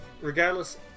Regardless